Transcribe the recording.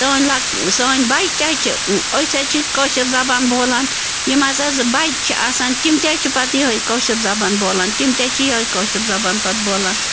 سٲنی لٔک سٲنۍ بَچہٕ تہِ حظ چھِ أسی حظ چھِ کٲشِر زبان بولان یِم ہسا حظ بَچہٕ چھِ آسان تِم تہِ حظ چھِ پَتہٕ یِہَے کٲشِر زبان بولان تِم تہِ حظ چھِ یِہَے کٲشِر زبان پَتہٕ بولان